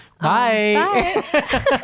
Bye